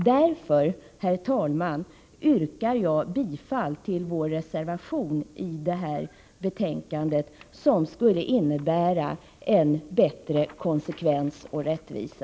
Därför, herr talman, yrkar jag bifall till vår reservation i betänkandet som skulle innebära en bättre konsekvens och rättvisa.